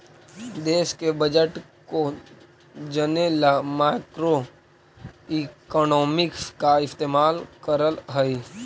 देश के बजट को जने ला मैक्रोइकॉनॉमिक्स का इस्तेमाल करल हई